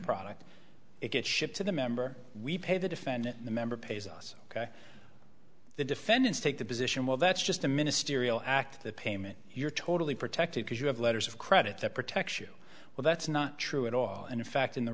product it gets shipped to the member we pay the defendant the member pays us ok the defendants take the position well that's just a ministerial act the payment you're totally protected because you have letters of credit that protects you well that's not true at all and in fact in the